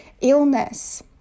illness